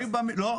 לא.